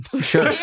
Sure